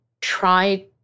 try